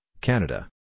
Canada